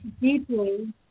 deeply